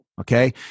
Okay